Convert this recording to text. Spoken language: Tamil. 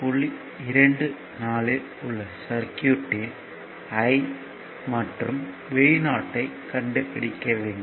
24 இல் உள்ள சர்க்யூட்யின் I மற்றும் Vo ஐ கண்டுபிடிக்க வேண்டும்